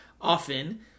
often